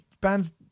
bands